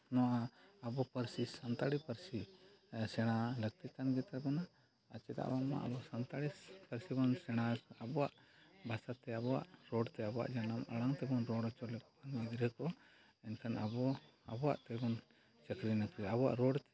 ᱱᱚᱣᱟ ᱟᱵᱚ ᱯᱟᱹᱨᱥᱤ ᱥᱟᱱᱛᱟᱲᱤ ᱯᱟᱹᱨᱥᱤ ᱥᱮᱬᱟ ᱞᱟᱹᱠᱛᱤᱜ ᱠᱟᱱ ᱜᱮᱛᱟᱵᱚᱱᱟ ᱪᱮᱫᱟᱜ ᱵᱟᱝᱢᱟ ᱟᱵᱚ ᱥᱟᱱᱛᱟᱲᱤ ᱯᱟᱹᱨᱥᱤ ᱥᱮᱬᱟ ᱟᱵᱚᱣᱟᱜ ᱵᱷᱟᱥᱟᱛᱮ ᱟᱵᱚᱣᱟᱜ ᱨᱚᱲᱛᱮ ᱟᱵᱚᱣᱟᱜ ᱡᱟᱱᱟᱢ ᱟᱲᱟᱝ ᱛᱮᱵᱚᱱ ᱨᱚᱲ ᱦᱚᱪᱚ ᱞᱮᱠᱚ ᱠᱷᱟᱱ ᱜᱤᱫᱽᱨᱟᱹ ᱠᱚ ᱮᱱᱠᱷᱟᱱ ᱟᱵᱚ ᱟᱵᱚᱣᱟᱜ ᱛᱮᱵᱚᱱ ᱪᱟᱹᱠᱨᱤ ᱱᱚᱠᱨᱤ ᱟᱵᱚᱣᱟᱜ ᱨᱚᱲ